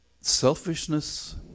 selfishness